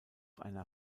einer